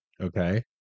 okay